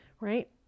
right